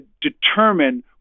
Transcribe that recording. determine